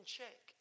check